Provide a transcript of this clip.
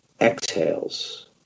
exhales